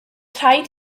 rhaid